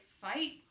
fight